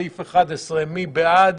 סעיף 6 מי בעד